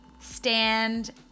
stand